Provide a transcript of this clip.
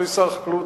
אדוני שר החקלאות,